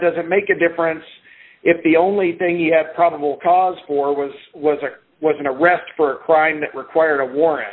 doesn't make a difference if the only thing you have probable cause for was was there wasn't a rest for a crime that required a war